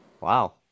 Wow